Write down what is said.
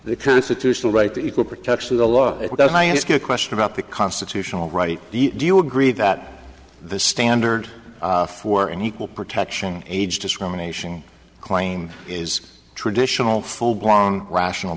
the constitutional right to equal protection of the law does i ask a question about the constitutional right do you agree that the standard for an equal protection age discrimination claim is traditional full blown rational